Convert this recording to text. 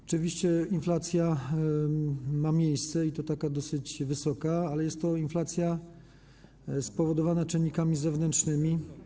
Oczywiście inflacja ma miejsce, i to taka dosyć wysoka, ale jest ona spowodowana czynnikami zewnętrznymi.